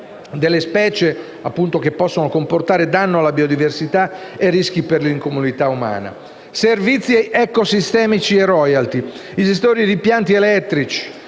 delle specie che possono comportare danno alla biodiversità e rischi per l’incolumità umana. Per quanto concerne servizi ecosistemici e royalty, i gestori di im- pianti elettrici,